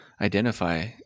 identify